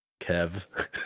Kev